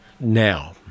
Now